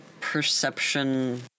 perception